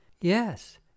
Yes